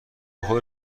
خودت